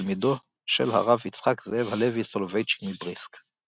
תלמידו של הרב יצחק זאב הלוי סולובייצ'יק מבריסק.